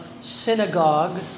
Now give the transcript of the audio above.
synagogue